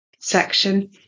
section